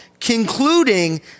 concluding